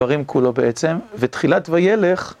"דברים" כולו בעצם, ותחילת "ויילך".